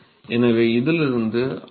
எனவே இதிலிருந்து 550